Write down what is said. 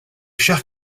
chers